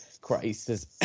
crisis